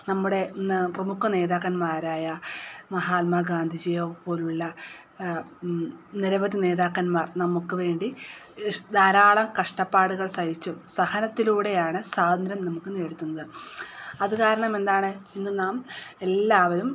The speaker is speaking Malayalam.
നമ്മുടെ ഇന്ന് പ്രമുഖ നേതാക്കന്മാരായ മഹാത്മ ഗാന്ധിജിയെപ്പോലുള്ള നിരവധി നേതാക്കന്മാർ നമുക്ക് വേണ്ടി ധാരാളം കഷ്ടപ്പാടുകൾ സഹിച്ചും സഹനത്തിലൂടെയാണ് സ്വാതന്ത്ര്യം നമുക്ക് നേടിത്തന്നത് അത് കാരണമെന്താണ് ഇന്ന് നാം എല്ലാവരും